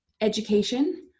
education